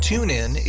TuneIn